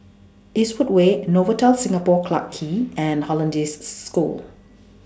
Eastwood Way Novotel Singapore Clarke Quay and Hollandse School